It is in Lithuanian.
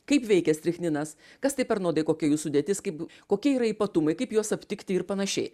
kaip veikia strichninas kas tai per nuodai kokia jų sudėtis kaip kokie yra ypatumai kaip juos aptikti ir panašiai